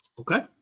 Okay